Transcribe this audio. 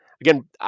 again